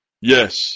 Yes